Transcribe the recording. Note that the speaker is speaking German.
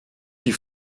die